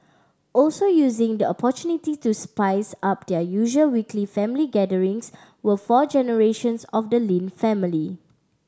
also using the opportunity to spice up their usual weekly family gatherings were four generations of the Lin family